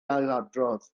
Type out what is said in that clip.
ailadrodd